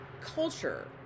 culture